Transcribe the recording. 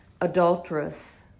adulterous